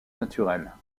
naturelle